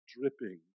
dripping